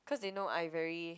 cause they know I very